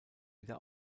wieder